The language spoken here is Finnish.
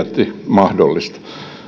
mahdollista